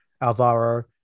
Alvaro